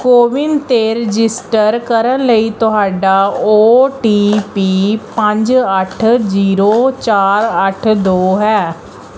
ਕੋਵਿਨ 'ਤੇ ਰਜਿਸਟਰ ਕਰਨ ਲਈ ਤੁਹਾਡਾ ਓ ਟੀ ਪੀ ਪੰਜ ਅੱਠ ਜੀਰੋ ਚਾਰ ਅੱਠ ਦੋ ਹੈ